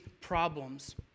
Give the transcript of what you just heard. problems